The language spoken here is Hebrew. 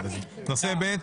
לסעיף ב'.